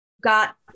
got